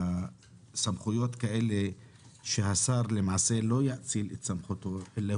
בסמכויות כאלה השר לא מאציל את סמכותו אלא